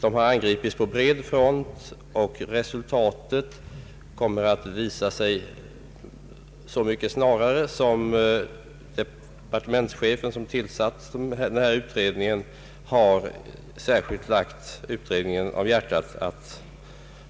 De har angripits på bred front, och resultatet kommer att visa sig så mycket snarare som vederbörande departementschef särskilt lagt utredningen på hjärtat att